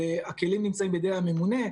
הכלים נמצאים בידי הממונה,